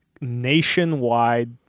nationwide